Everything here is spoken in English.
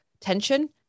tension